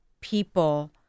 People